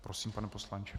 Prosím, pane poslanče.